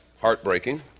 heartbreaking